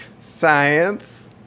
Science